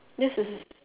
this is